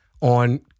on